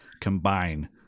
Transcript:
combine